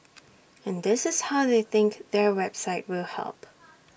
and this is how they think their website will help